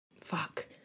Fuck